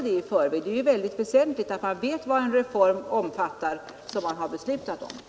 Det är väldigt väsentligt att man vet vad den reform som man har beslutat omfattar.